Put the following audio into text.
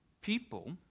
people